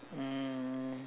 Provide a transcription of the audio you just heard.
um